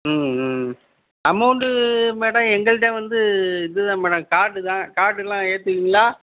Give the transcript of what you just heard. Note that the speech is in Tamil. அமௌன்ட்டு மேடம் எங்கள்கிட்டே வந்து இது தான் மேடம் கார்டு தான் கார்டுலாம் ஏற்றுவீங்களா